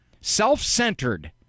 self-centered